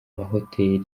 mahoteli